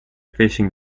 fishing